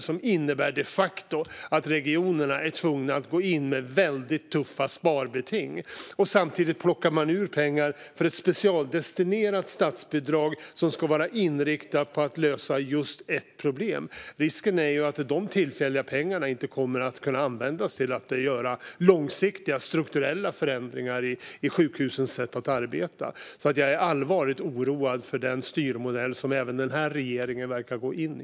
Den innebär de facto att regionerna är tvungna att gå in med väldigt tuffa sparbeting. Samtidigt plockar man ut pengar för ett specialdestinerat statsbidrag som ska vara inriktat på att lösa just ett problem. Risken är att de tillfälliga pengarna inte kommer att kunna användas till att göra långsiktiga strukturella förändringar i sjukhusens sätt att arbeta. Jag är allvarligt oroad över den styrmodell som även den här regeringen verkar gå in i.